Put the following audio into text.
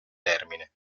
termine